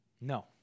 No